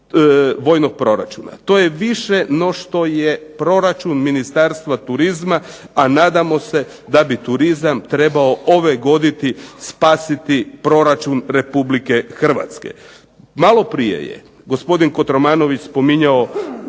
vojnog proračuna. To je više no što je proračun Ministarstva turizma, a nadamo se da bi turizam ove godine spasiti proračun Republike Hrvatske. Malo prije je gospodin Kotromanović spominjao